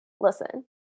listen